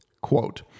Quote